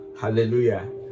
Hallelujah